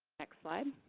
next slide.